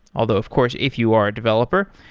although of course if you are a developer,